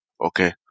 Okay